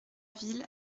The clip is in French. ville